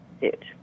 suit